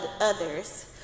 others